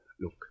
Look